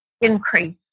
increase